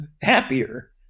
happier